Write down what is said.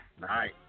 Nice